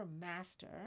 master